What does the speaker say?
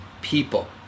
people